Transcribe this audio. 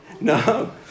No